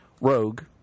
Rogue